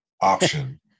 option